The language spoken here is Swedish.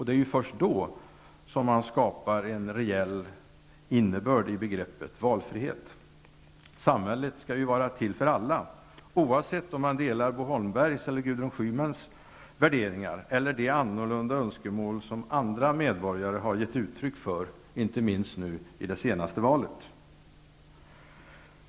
Det är först då man skapar en rejäl innebörd i begreppet valfrihet. Samhället skall vara till för alla, oavsett om man delar Bo Holmbergs eller Gudrun Schymans värderingar eller om man instämmer i de annorlunda önskemål som andra medborgare har gett uttryck för, inte minst i det senaste valet.